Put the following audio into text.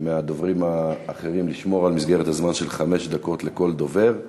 מהדוברים האחרים לשמור על מסגרת הזמן של חמש דקות לכל דובר,